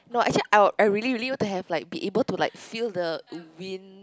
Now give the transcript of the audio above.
no actually I would I really really want to have like be able to like feel the wind